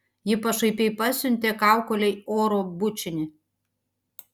ji pašaipiai pasiuntė kaukolei oro bučinį